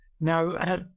Now